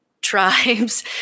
tribes